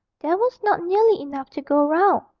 there was not nearly enough to go round,